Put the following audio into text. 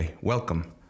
Welcome